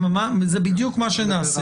זה בדיוק מה שנעשה.